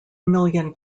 million